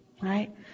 Right